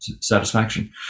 satisfaction